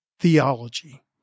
theology